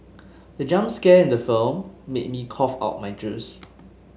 the jump scare the film made me cough out my juice